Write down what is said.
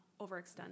overextend